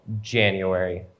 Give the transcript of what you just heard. January